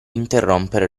interrompere